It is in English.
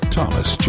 Thomas